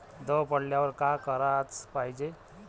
दव पडल्यावर का कराच पायजे?